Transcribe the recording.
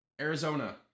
Arizona